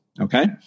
Okay